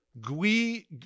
Gui